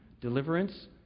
deliverance